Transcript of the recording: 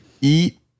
eat